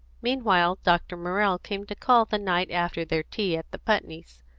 meanwhile dr. morrell came to call the night after their tea at the putneys',